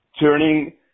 turning